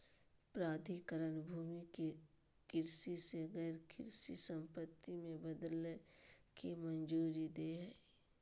प्राधिकरण भूमि के कृषि से गैर कृषि संपत्ति में बदलय के मंजूरी दे हइ